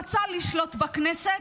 רצה לשלוט בכנסת,